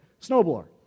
snowblower